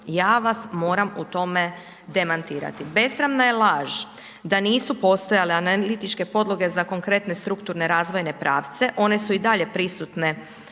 Ja vas moram u tome demantirati. Besramna je laž da nisu postojale analitičke podloge za konkretne strukturne razvojne pravce, one su i dalje prisutne